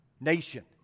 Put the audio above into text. nation